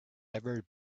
never